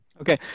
Okay